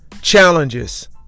challenges